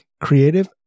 creative